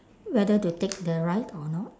whether to take the ride or not